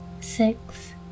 six